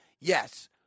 yes